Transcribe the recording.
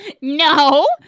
No